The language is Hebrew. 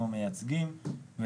הם מציגים פה שתי בעיות: